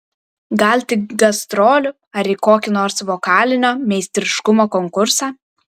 gal tik gastrolių ar į kokį nors vokalinio meistriškumo konkursą